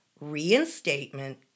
reinstatement